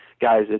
guys